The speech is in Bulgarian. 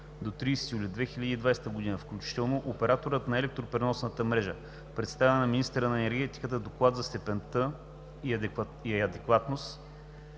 до 30 юли 2020 г. включително операторът на електропреносната мрежа представя на министъра на енергетиката доклад за степента на адекватност